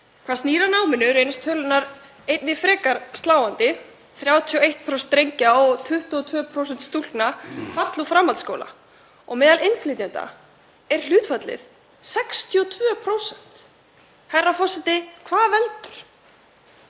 Hvað snýr að námi reynast tölurnar einnig frekar sláandi: 31% drengja og 22% stúlkna falla úr framhaldsskóla og meðal innflytjenda er hlutfallið 62%. Herra forseti. Hvað veldur?